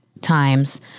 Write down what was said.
times